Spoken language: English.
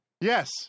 Yes